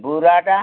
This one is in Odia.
ବୁରାଟା